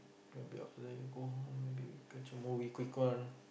maybe after that you go home maybe you catch a movie